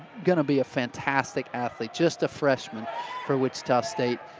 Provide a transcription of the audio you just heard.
going to be a fantastic athlete. just a freshman for wichita state.